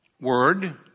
word